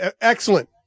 excellent